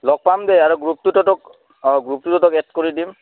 লগ পাম দে আৰু গ্ৰুপটোতো ত'ক অঁ গ্ৰুপটোতো ত'ক এড কৰি দিম